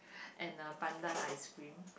and the pandan ice cream